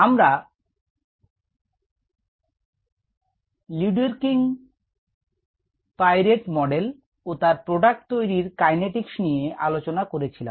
আমরা Luedeking Piret model ও তার প্রোডাক্ট তৈরীর কাইনেটিকস নিয়ে আলোচনা করেছিলাম